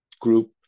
group